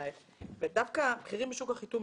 דווקא בכירים בשוק החיתום,